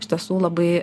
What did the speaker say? iš tiesų labai